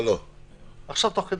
שקראתי